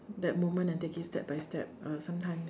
that moment and take it step by step uh sometimes